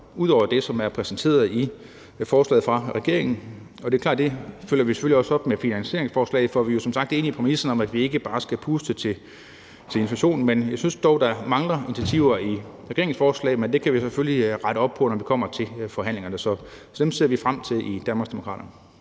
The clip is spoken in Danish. ud over det, som er repræsenteret i forslaget fra regeringens side. Og det er klart, at vi selvfølgelig også følger op med finansieringsforslag, for vi er som sagt enige i præmissen om, at vi ikke bare skal puste til inflationen. Men jeg synes dog, at der mangler initiativer i regeringens forslag, men det kan vi selvfølgelig rette op på, når vi kommer til forhandlingerne, så dem ser vi frem til i Danmarksdemokraterne.